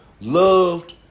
loved